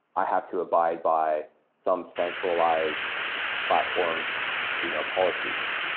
i have to abide by some centralized platform's you know policies,